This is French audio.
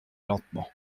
lentement